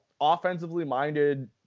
offensively-minded